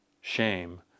shame